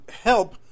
help